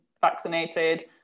vaccinated